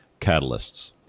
catalysts